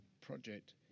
project